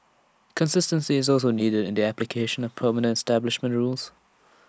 consistency is also needed in the application of permanent establishment rules